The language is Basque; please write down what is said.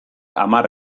hamar